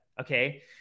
okay